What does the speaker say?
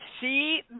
see